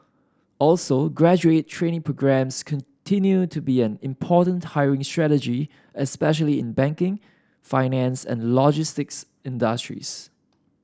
also graduate trainee programmes continue to be an important hiring strategy especially in banking finance and logistics industries